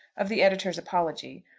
of the editor's apology,